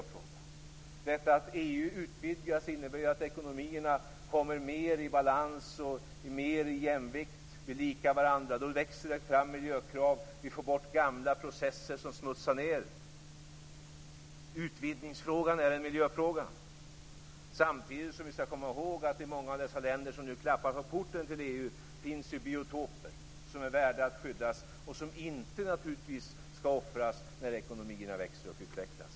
Det förhållandet att EU utvidgas innebär att ekonomierna mer kommer i balans och i jämvikt. De blir lika varandra, och då växer det fram miljökrav. Vi får bort gamla processer som smutsar ned. Utvidgningsfrågan är en miljöfråga. Samtidigt skall vi komma ihåg att det i många av de länder som nu klappar på porten till EU finns biotoper som är värda att skyddas och som naturligtvis inte skall offras när ekonomierna växer och utvecklas.